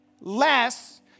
less